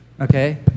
okay